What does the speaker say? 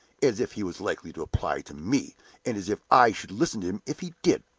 as if he was likely to apply to me! and as if i should listen to him if he did!